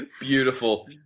Beautiful